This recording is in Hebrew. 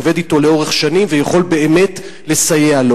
עובד אתו לאורך השנים ויכול באמת לסייע לו.